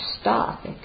stop